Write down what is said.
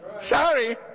Sorry